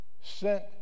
sent